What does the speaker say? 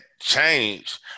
change